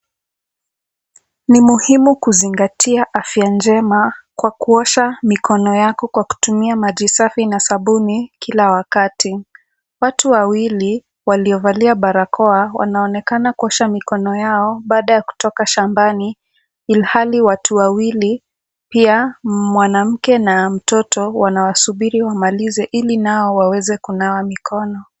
Ni muhimu kuzingatia afya njema, kwa kuosha mikono yako kwa kutumia maji safi na sabuni kila wakati. Watu wawili waliovalia barakoa wanaonekana kuosha mikono yao, baada ya kutoka shambani ilhali watu wawili pia mwanamke na mtoto wanawasubiri wamalize ili nao waweze kunawa mikono.